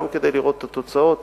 גם כדי לראות את התוצאות